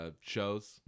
shows